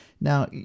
now